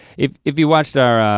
if if you watched our